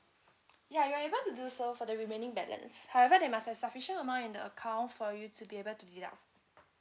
ya you are to do so for the remaining balance however there must have sufficient amount in the account for you to be able to deduct